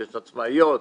יש עצמאיות,